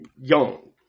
young